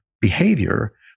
behavior